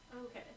Okay